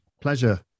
Pleasure